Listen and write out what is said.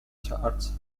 charts